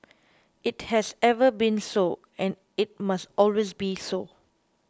it has ever been so and it must always be so